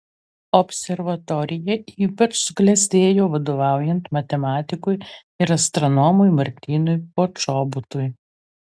observatorija ypač suklestėjo vadovaujant matematikui ir astronomui martynui počobutui